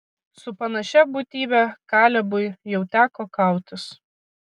su panašia būtybe kalebui jau teko kautis